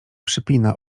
przypina